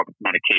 medication